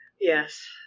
Yes